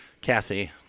Kathy